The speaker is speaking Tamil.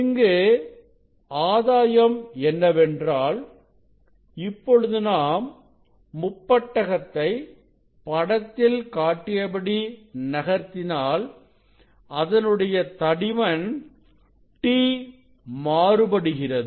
இங்கு ஆதாயம் என்னவென்றால் இப்பொழுது நாம் முப்பட்டகத்தை படத்தில் காட்டியபடி நகர்த்தினாள் அதனுடைய தடிமன் t மாறுபடுகிறது